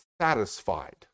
satisfied